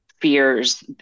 fears